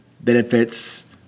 benefits